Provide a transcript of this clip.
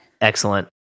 excellent